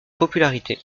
popularité